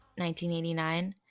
1989